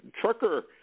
trucker